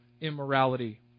immorality